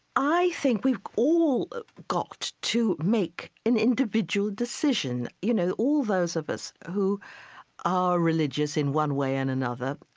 i think we've all got to make an individual decision, you know, all those of us who are religious in one way and another.